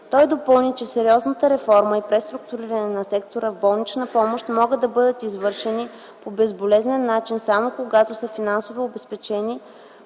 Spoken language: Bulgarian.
Той допълни, че сериозната реформа и преструктурирането на сектора в болничната помощ могат да бъдат извършени по безболезнен начин, само когато са финансово обезпечени